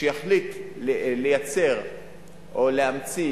שיחליט לייצר או להמציא